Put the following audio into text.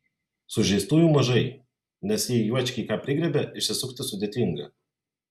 sužeistųjų mažai nes jei juočkiai ką prigriebia išsisukti sudėtinga